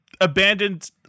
abandoned